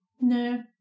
No